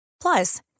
Plus